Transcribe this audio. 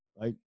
right